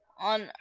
on